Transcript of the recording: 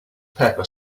pepper